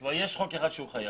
כבר יש חוק אחד שהוא חייב,